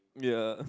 yeah